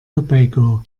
tobago